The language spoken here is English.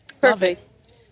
perfect